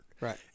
Right